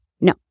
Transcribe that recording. No